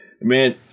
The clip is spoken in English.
Man